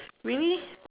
really